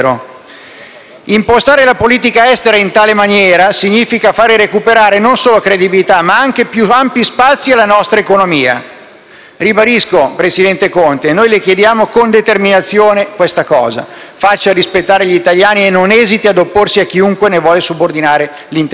Impostare la politica estera in tale maniera significa far recuperare non solo credibilità ma anche più ampi spazi alla nostra economia. Ribadisco, presidente Conte, noi le chiediamo con determinazione questa cosa: faccia rispettare gli italiani e non esiti ad opporsi a chiunque ne vuole subordinare l'interesse.